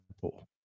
pool